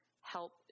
help